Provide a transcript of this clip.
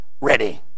ready